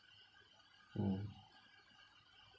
mm